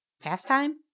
pastime